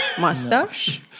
Mustache